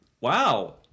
Wow